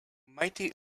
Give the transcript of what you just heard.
mighty